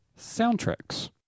Soundtracks